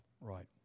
Right